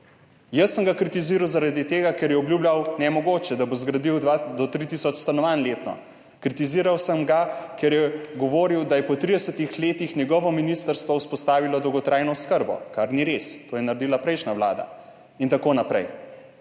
Jaz sem ga kritiziral zaradi tega, ker je obljubljal nemogoče, da bo zgradil dva do tri tisoč stanovanj letno. Kritiziral sem ga, ker je govoril, da je po 30 letih njegovo ministrstvo vzpostavilo dolgotrajno oskrbo, kar ni res, to je naredila prejšnja vlada, in tako naprej.